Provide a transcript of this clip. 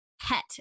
pet